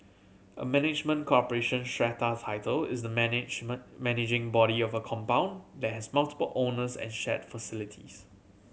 a management corporation strata title is the management managing body of a compound that has multiple owners and shared facilities